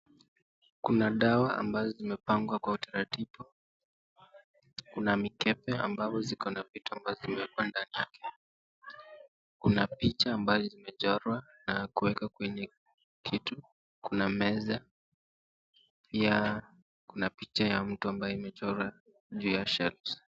Kuna dawa ambazo zimepangwa kwa utaratibu, kuna mikebe ambavyo ziko na vitu ambavyo zimewekwa ndani yake. Kuna picha ambazo zimechorwa na kuwekwa kwenye kitu. Kuna meza ya, kuna picha ya mtu ambaye imechorwa juu ya shelves .